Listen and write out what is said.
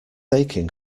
aching